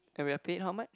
and we're paid how much